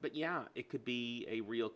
but yeah it could be a real